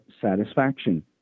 satisfaction